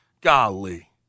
Golly